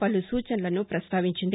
పలు సూచనలను ప్రస్తావించింది